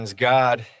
God